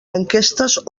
enquestes